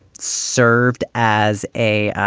served as a,